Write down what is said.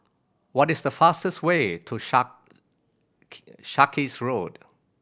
what is the fastest way to Sarkies Road